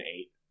eight